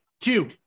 Two